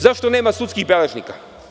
Zašto nema sudskih beležnika?